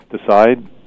decide